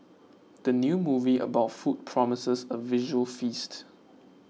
the new movie about food promises a visual feast